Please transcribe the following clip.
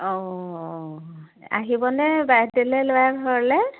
অঁ আহিবনে বাইহাতালৈ ল'ৰাৰ ঘৰলৈ